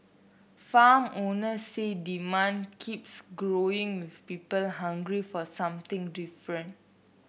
farm owners say demand keeps growing with people hungry for something different